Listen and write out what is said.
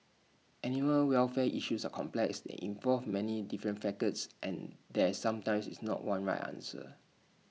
animal welfare issues are complex they involve many different facets and there sometimes is not one right answer